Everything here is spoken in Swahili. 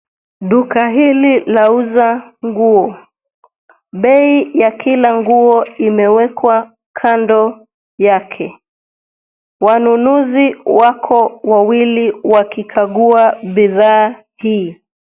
Duka hili lauza nguo. Bei ya kila nguo imewekwa kando yake. Wanunuzi wako wawili wakikagua bidhaa hii.